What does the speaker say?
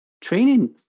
training